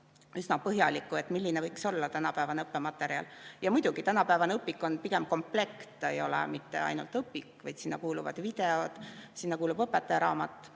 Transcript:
aastat tagasi, milline võiks olla tänapäevane õppematerjal. Muidugi, tänapäevane õpik on pigem komplekt, ta ei ole ainult õpik, vaid sinna kuuluvad videod, sinna kuulub õpetajaraamat.